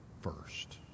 first